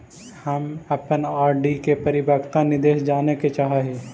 हम अपन आर.डी के परिपक्वता निर्देश जाने के चाह ही